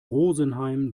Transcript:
rosenheim